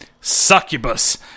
Succubus